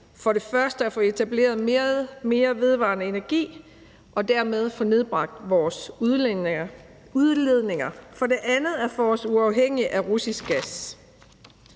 For det første at få etableret mere vedvarende energi og dermed få nedbragt vores udledninger, og for det andet at gøre os uafhængige af russisk gas.